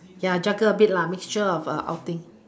juggle a bit mixture of outing